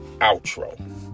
outro